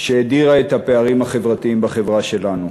שהאדירה את הפערים החברתיים בחברה שלנו.